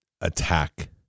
attack